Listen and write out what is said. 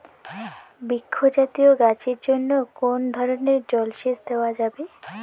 বৃক্ষ জাতীয় গাছের জন্য কোন ধরণের জল সেচ দেওয়া যাবে?